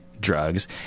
Drugs